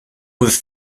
was